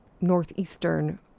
Northeastern